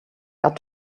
got